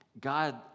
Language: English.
God